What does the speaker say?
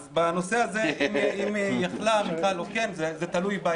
אז בנושא הזה אם היא יכלה, מיכל, זה תלוי בה.